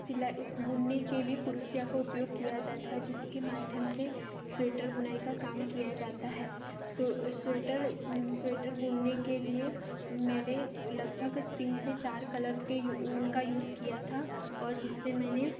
सिलाई बुनने के लिए क्रूसिया का उपयोग किया जाता है जिसके माध्यम से स्वेटर बुनाई का काम किया जाता है सो स्वेटर स्वेटर बुनने के लिए मैंने लगभग तीन से चार कलर के यू ऊन का यूज किया था और जिससे मैंने